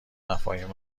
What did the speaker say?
مفاهیم